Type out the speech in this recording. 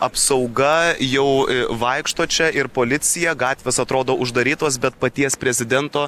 apsauga jau vaikšto čia ir policija gatvės atrodo uždarytos bet paties prezidento